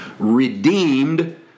redeemed